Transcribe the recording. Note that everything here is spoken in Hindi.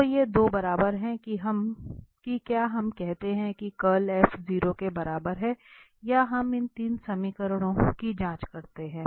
तो ये 2 बराबर है कि क्या हम कहते हैं कि कर्ल 0 के बराबर है या हम इन 3 समीकरणों की जांच करते हैं